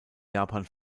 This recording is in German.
japan